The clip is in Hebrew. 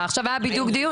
לאומני.